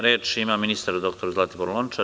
Reč ima ministar dr Zlatibor Lončar.